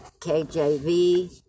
KJV